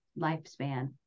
lifespan